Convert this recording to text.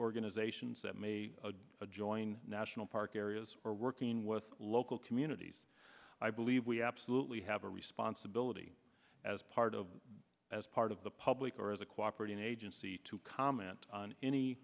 organizations that may adjoin national park areas or working with local communities i believe we absolutely have a responsibility as part of as part of the public or as a cooperate an agency to comment on any